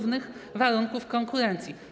warunków konkurencji.